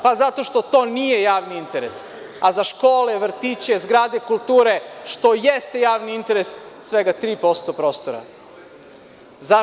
Pa zato što to nije javni interes, a za škole, vrtiće, zgrade, kulture, što jeste javni interes, svega tri posto prostora.